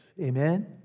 Amen